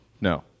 no